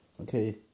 Okay